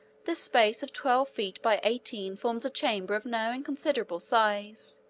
the space of twelve feet by eighteen forms a chamber of no inconsiderable size,